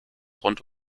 rund